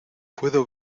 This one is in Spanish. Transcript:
puedo